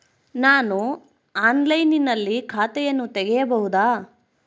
ನಾನು ಆನ್ಲೈನಿನಲ್ಲಿ ಖಾತೆಯನ್ನ ತೆಗೆಯಬಹುದಾ?